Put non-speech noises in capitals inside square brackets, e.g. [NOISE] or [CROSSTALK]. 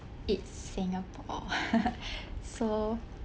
it's singapore [LAUGHS] so